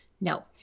No